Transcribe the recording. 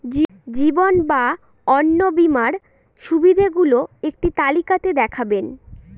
জীবন বা অন্ন বীমার সুবিধে গুলো একটি তালিকা তে দেখাবেন?